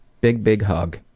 big, big hug.